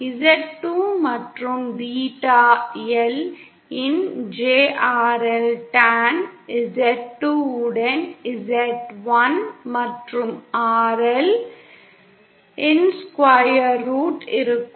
Z2 மற்றும் beta L இன் JRL டான் Z2 உடன் Z1 மற்றும் RL இன் ஸ்கொயர் ரூட் இருக்கும்